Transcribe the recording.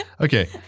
Okay